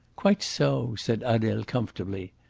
quite so, said adele comfortably.